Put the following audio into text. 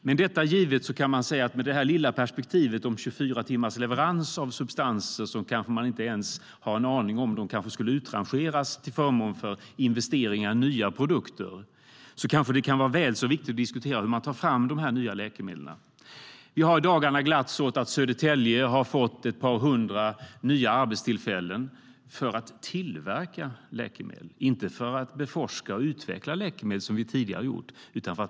Med detta givet kan sägas att med det lilla perspektivet om 24 timmars leveranstid av substanser kanske man inte ens har en aning om ifall de skulle utrangeras till förmån för investeringar i nya produkter. Då kan det vara väl så viktigt att diskutera hur dessa nya läkemedel tas fram. Vi har i dagarna glatts åt att Södertälje har fått ett par hundra nya arbetstillfällen - för att tillverka läkemedel, inte för att beforska och utveckla läkemedel, vilket vi tidigare gjorde.